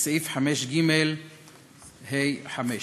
בסעיף 5ג(ה)5.